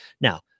Now